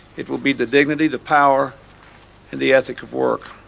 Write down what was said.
it will be the dignity, the power and the ethic of work.